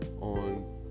on